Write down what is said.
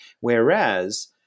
Whereas